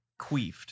queefed